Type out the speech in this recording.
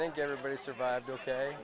i think everybody survived ok